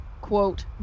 quote